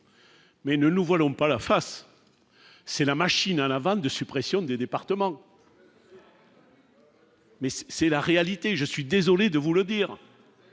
Mais ne nous voilons pas la face, c'est la machine à la vague de suppression des départements. Mais c'est la réalité, je suis désolé de vous le dire,